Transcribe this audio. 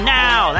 now